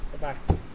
Bye-bye